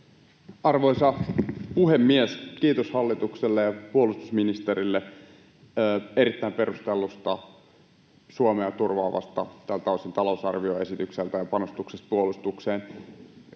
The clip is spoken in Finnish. Arvoisa puhemies! Kiitos hallitukselle ja puolustusministerille erittäin perustellusta, Suomea tältä osin turvaavasta talousarvioesityksestä ja panostuksesta puolustukseen.